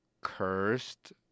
cursed